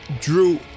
drew